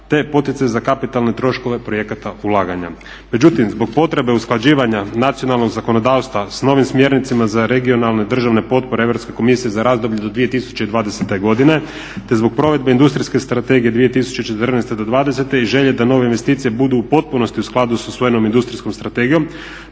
te poticaj za kapitalne troškove projekata ulaganja. Međutim, zbog potrebe usklađivanja nacionalnog zakonodavstva s novim smjernicama za regionalne državne potpore Europske komisije za razdoblje do 2020. godine te zbog provedbe Industrijske strategije 2014. do 2020. i želje da nove investicije budu u potpunosti u skladu s usvojenom Industrijskom strategijom